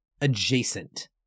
adjacent